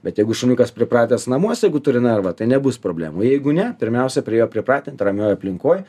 bet jeigu šuniukas pripratęs namuose jeigu turi narva tai nebus problemų jeigu ne pirmiausia prie jo pripratint ramioj aplinkoj